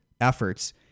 efforts